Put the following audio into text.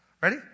Ready